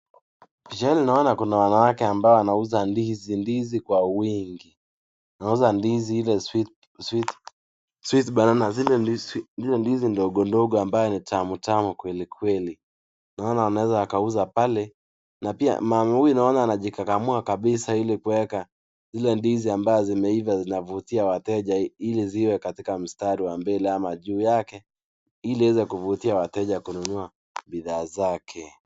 Picha hii naona kuna wanawake ambao wanauza ndizi, ndizi kwa wingi. Wanauza ndizi ile sweet, sweet bananas , zile ndizi ndogo ndogo ambazo ni tamu tamu kweli kweli. Naona wanaweza wakauza pale, na pia mama huyu naona anajikakamua kabisa ili kuweka zile ndizi ambazo zimeiva zinavutia wateja, ili ziwe katika mstari wa mbele ama juu yake ili iweze kuvutia wateja kununua bidhaa zake.